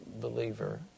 believer